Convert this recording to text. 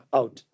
out